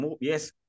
Yes